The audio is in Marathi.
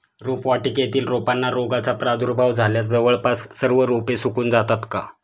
रोपवाटिकेतील रोपांना रोगाचा प्रादुर्भाव झाल्यास जवळपास सर्व रोपे सुकून जातात का?